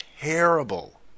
terrible